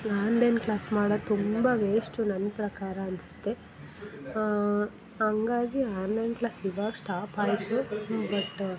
online class ಮಾಡೋದು ತುಂಬ waste ನನ್ನ ಪ್ರಕಾರ ಅನಿಸುತ್ತೆ ಹಂಗಾಗಿ ಆನ್ಲೈನ್ ಕ್ಲಾಸ್ ಇವಾಗ ಸ್ಟಾಪ್ ಆಯಿತು ಬಟ್